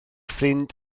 ffrind